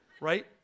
Right